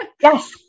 yes